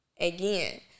again